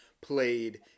played